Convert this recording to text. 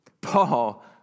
Paul